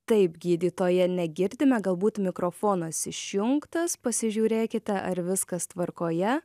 taip gydytoja negirdime galbūt mikrofonas išjungtas pasižiūrėkite ar viskas tvarkoje